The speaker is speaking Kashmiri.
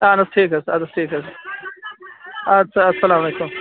اَہَن حظ ٹھیٖک حظ اَد حظ ٹھیٖک حظ اَدٕ سا سلام علیکُم